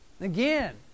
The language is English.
Again